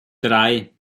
drei